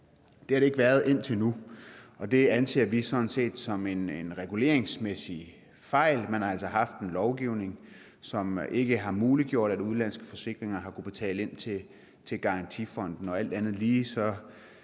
Det har det ikke været indtil nu. Det anser vi sådan set for at være en reguleringsmæssig fejl. Man har altså haft en lovgivning, som ikke har muliggjort, at udenlandske forsikringsselskaber har kunnet betale til garantifonden. Alt andet lige